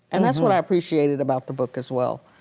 and that's what i appreciated about the book as well.